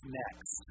next